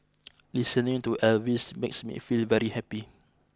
listening to Elvis makes me feel very happy